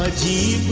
ah g